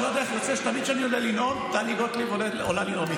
אני לא יודע איך יוצא שתמיד כשאני עולה לנאום,